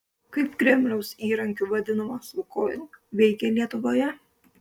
kaip kremliaus įrankiu vadinamas lukoil veikė lietuvoje